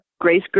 Grace